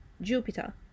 Jupiter